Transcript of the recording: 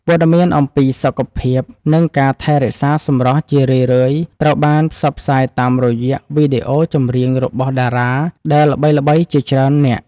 ព័ត៌មានអំពីសុខភាពនិងការថែរក្សាសម្រស់ជារឿយៗត្រូវបានផ្សព្វផ្សាយតាមរយៈវីដេអូចម្រៀងរបស់តារាដែលល្បីៗជាច្រើននាក់។